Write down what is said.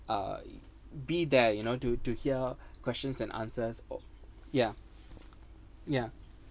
uh be there you know to to hear questions and answers or yeah yeah